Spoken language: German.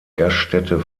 gaststätte